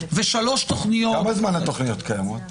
ושלוש תוכניות --- כמה זמן התוכניות קיימות?